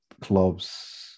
clubs